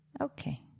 Okay